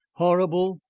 horrible,